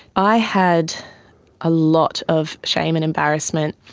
i had a lot of shame and embarrassment.